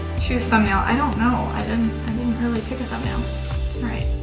choose thumbnail i don't know i didn't really pick a thumbnail right.